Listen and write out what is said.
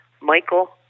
Michael